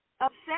upset